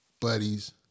buddies